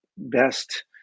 best